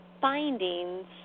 findings